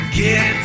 get